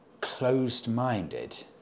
closed-minded